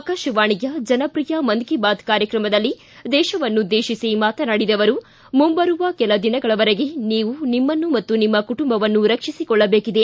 ಆಕಾಶವಾಣಿಯ ಜನಪ್ರಿಯ ಮನ್ ಕಿ ಬಾತ್ ಕಾರ್ಯಕ್ರಮದಲ್ಲಿ ದೇಶವನ್ನುದ್ದೇಶಿಸಿ ಮಾತನಾಡಿದ ಅವರು ಮುಂಬರುವ ಕೆಲ ದಿನಗಳವರೆಗೆ ನೀವು ನಿಮ್ಮನ್ನು ಮತ್ತು ನಿಮ್ಮ ಕುಟುಂಬವನ್ನು ರಕ್ಷಿಸಿಕೊಳ್ಳಬೇಕಿದೆ